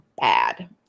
bad